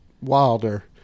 Wilder